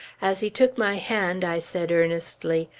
as he took my hand, i said earnestly,